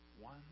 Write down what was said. one